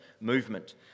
movement